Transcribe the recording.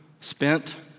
spent